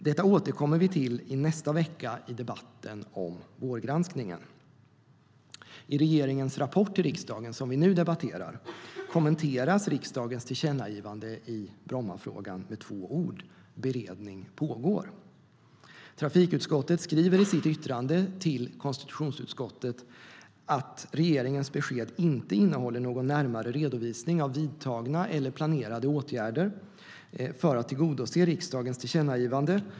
Detta återkommer vi till nästa vecka i debatten om vårgranskningen. I regeringens rapport till riksdagen, som vi nu debatterar, kommenteras riksdagens tillkännagivande i Brommafrågan med två ord: beredning pågår. Trafikutskottet skriver i sitt yttrande till konstitutionsutskottet att regeringens besked inte innehåller någon närmare redovisning av vidtagna eller planerade åtgärder för att tillgodose riksdagens tillkännagivande.